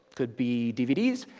could be dvds,